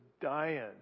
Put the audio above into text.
dying